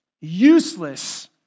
useless